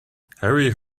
harry